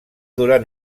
durar